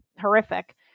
horrific